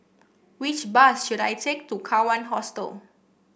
which bus should I take to Kawan Hostel